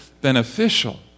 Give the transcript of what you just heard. beneficial